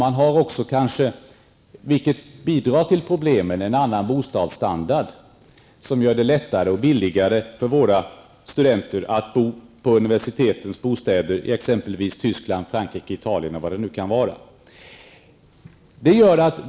Dessutom är bostadsstandarden en annan, vilket kanske bidrar till problemen här hemma, och gör det lättare och billigare för våra studenter att bo i universitetens bostäder i t.ex. Tyskland, Frankrike eller Italien.